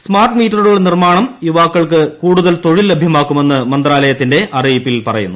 smart മീറ്ററുകളുടെ നിർമ്മാണം യുവാക്കൾക്ക് കൂടുതൽ തൊഴിൽ ലഭ്യമാക്കുമെന്ന് മന്ത്രാലയത്തിന്റെ അറിയിപ്പിൽ പറയുന്നു